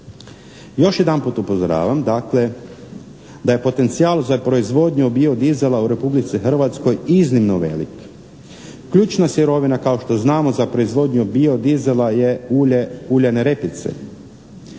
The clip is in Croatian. Još jedan put upozoravam da je potencijal za proizvodnju bio dizela u Republici Hrvatskoj iznimno velik. Ključna sirovina kao što znamo za proizvodnju bio dizela je ulje uljane repice.